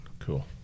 cool